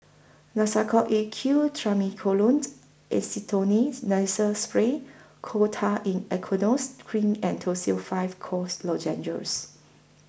Nasacort A Q Triamcinolone Acetonide Nasal Spray Coal Tar in Aqueous Cream and Tussils five Cough Lozenges